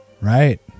Right